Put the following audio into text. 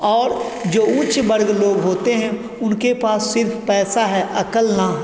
और जो उच्च वर्ग लोग होते हैं उनके पास सिर्फ पैसा है अकल ना